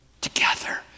together